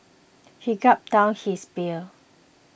he gulped down his beer